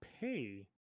pay